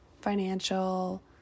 financial